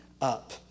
up